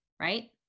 right